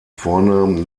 vornamen